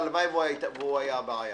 הלוואי והוא היה הבעיה.